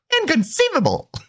Inconceivable